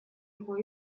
его